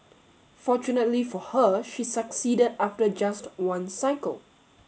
fortunately for her she succeeded after just one cycle